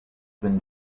been